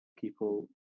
people